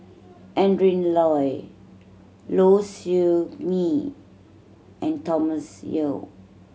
Adrin Loi Low Siew Nghee and Thomas Yeo